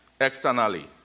Externally